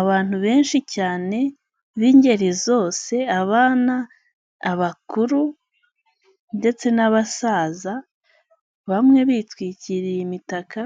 Abantu benshi cyane, b'ingeri zose, abana, abakuru ndetse n'abasaza, bamwe bitwikiriye imitaka,